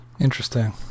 interesting